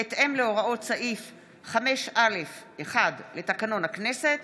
בהתאם להוראות סעיף 5(א)(1) לתקנון הכנסת,